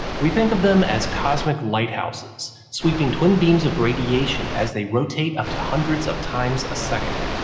we think of them as cosmic lighthouses sweeping twin beams of radiation as they rotate up to hundreds of times a second.